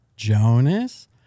Jonas